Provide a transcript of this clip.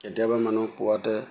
কেতিয়াবা মানুহক পোৱাতে